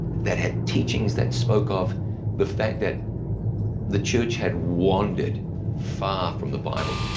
that had teachings that spoke of the fact that the church had wandered far from the bible.